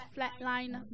Flatline